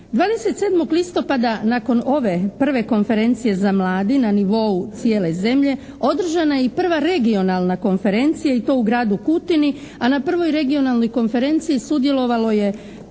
27. listopada nakon ove 1. Konferencije za mlade na nivou cijele zemlje, održana je i 1. Regionalna konferencija i to u gradu Kutini, a na 1. Regionalnoj konferenciji sudjelovalo je